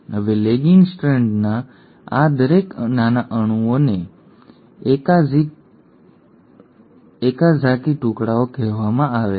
હવે લેગિંગ સ્ટ્રાન્ડના આ દરેક નાના ટુકડાઓને ઓકાઝાકી ટુકડાઓ કહેવામાં આવે છે